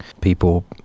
people